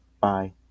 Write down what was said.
bye